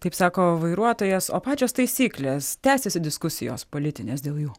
taip sako vairuotojas o pačios taisyklės tęsiasi diskusijos politinės dėl jų